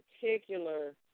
particular